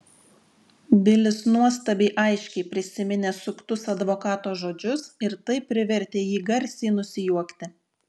bilis nuostabiai aiškiai prisiminė suktus advokato žodžius ir tai privertė jį garsiai nusijuokti